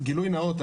גילוי נאות,